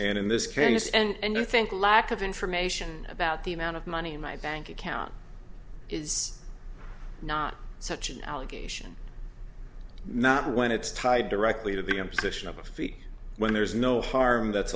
and in this congress and i think a lack of information about the amount of money in my bank account is not such an allegation not when it's tied directly to the imposition of a fee when there's no harm that's